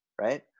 right